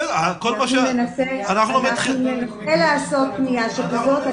אנחנו ננסה לעשות פנייה כזאת.